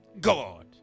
God